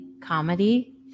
comedy